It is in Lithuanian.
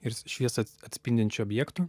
ir šviesą atspindinčių objektų